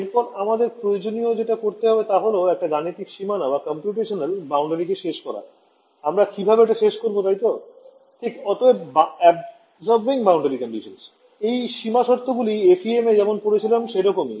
এরপর আমাদের প্রয়োজনীয় যেটা করতে হবে তা হল একটা গাণিতিক সীমানা কে শেষ করা আমরা কিভাবে এটা শেষ করবো তাইতো ঠিক অতএব absorbing boundary conditions এই সীমা শর্ত গুলি FEM এ যেমন পড়েছিলাম সেইরকমই